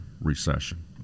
recession